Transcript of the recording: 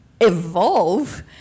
evolve